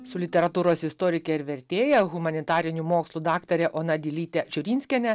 su literatūros istorike ir vertėja humanitarinių mokslų daktarė ona dilyte čiurinskiene